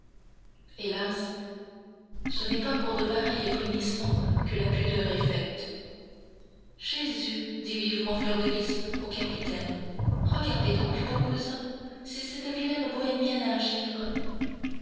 hélas ce n'est pas pour de pareils frémissements que la pudeur est faite jésus dit vivement fleur de lys au capitaine regardez donc beau cousin c'est cette vilaine bohémienne à la chèvre